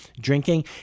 drinking